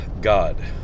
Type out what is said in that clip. God